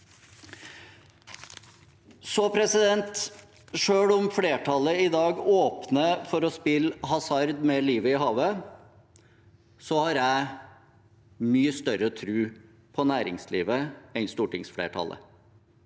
advarsler. Selv om flertallet i dag åpner for å spille hasard med livet i havet, har jeg mye større tro på næringslivet enn på stortingsflertallet